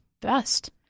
best